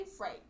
Right